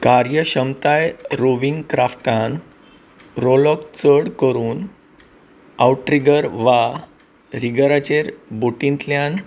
कार्यक्षमताय rowing क्राफ्टांत rowlock चड करून आऊट्रिगर वा रिगराचेर बोटींतल्यान